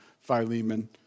Philemon